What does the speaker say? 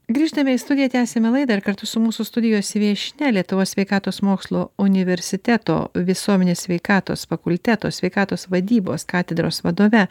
grįžtame į studiją tęsiame laidą ir kartu su mūsų studijos viešnia lietuvos sveikatos mokslų universiteto visuomenės sveikatos fakulteto sveikatos vadybos katedros vadove